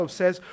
says